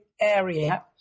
area